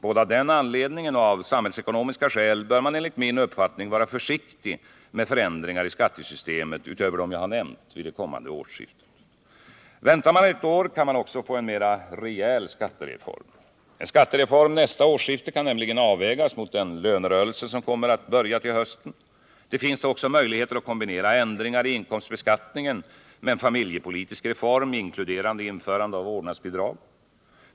Både av den anledningen och av samhällsekonomiska skäl bör man enligt min uppfattning vara försiktig med förändringar i skattesystemet vid det kommande årsskiftet, utöver dem jag nu har nämnt. Väntar man ett år kan man också få en mera rejäl skattereform. En skattereform nästa årsskifte kan nämligen avvägas mot den lönerörelse som kommer att börja till hösten. Det finns då också möjligheter att kombinera ändringar i inkomstbeskattningen med en familjepolitisk reform inkluderande införande av ett vårdnadsbidrag.